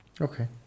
Okay